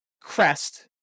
crest